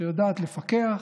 שיודעת לפקח,